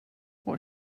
what